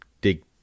dig